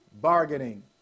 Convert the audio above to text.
bargaining